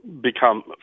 become